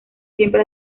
siempre